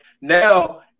Now